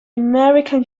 american